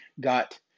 got